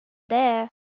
there